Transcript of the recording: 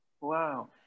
Wow